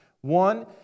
One